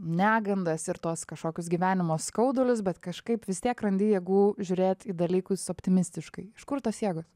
negandas ir tuos kažkokius gyvenimo skaudulius bet kažkaip vis tiek randi jėgų žiūrėt į dalykus optimistiškai iš kur tos jėgos